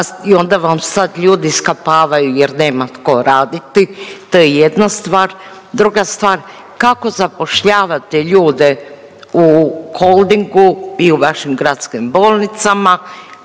i onda vam sad ljudi skapavaju jer nema tko raditi, to je jedna stvar. Druga stvar, kako zapošljavate ljude u Holdingu i u vašim gradskim bolnicama,